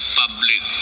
public